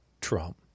Trump